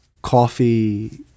Coffee